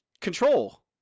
control